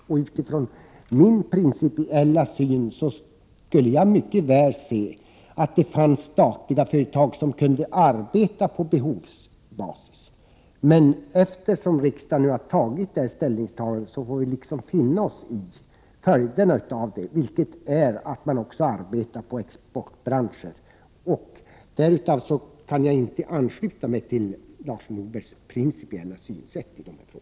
Med utgångspunkt i min prinicipiella uppfattning skulle jag gärna se att det fanns statliga företag som kunde arbeta på behovsbas, men eftersom riksdagen nu har gjort det här ställningstagandet får vi finna oss i följderna av det, nämligen att man också arbetar på export. Därför kan jag inte ansluta mig till Lars Norbergs principiella uppfattning i de här frågorna.